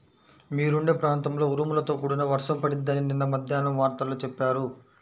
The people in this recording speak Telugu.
మీరుండే ప్రాంతంలో ఉరుములతో కూడిన వర్షం పడిద్దని నిన్న మద్దేన్నం వార్తల్లో చెప్పారు